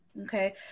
okay